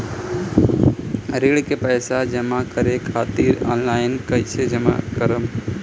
ऋण के पैसा जमा करें खातिर ऑनलाइन कइसे जमा करम?